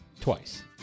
Twice